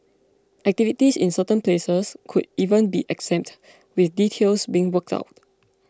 activities in certain places could even be exempt with details being worked out